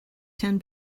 ten